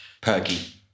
Perky